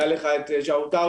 היה לך את ז'וטאוטאס,